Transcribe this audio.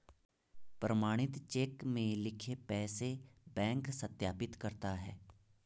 प्रमाणित चेक में लिखे पैसे बैंक सत्यापित करता है